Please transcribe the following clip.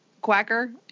quacker